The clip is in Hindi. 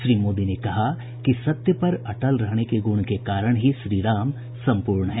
श्री मोदी ने कहा कि सत्य पर अटल रहने के गूण के कारण ही श्रीराम सम्पूर्ण हैं